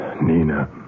Nina